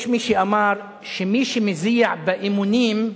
יש מי שאמר שמי שמזיע באימונים,